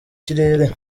kirere